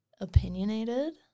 opinionated